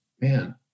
man